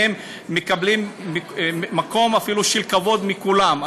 והם מקבלים מקום של כבוד מכולם,